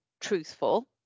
truthful